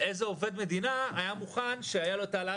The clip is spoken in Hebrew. איזה עובד מדינה היה מוכן שהיה לו את העלאת